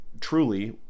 truly